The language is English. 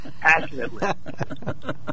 passionately